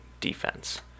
defense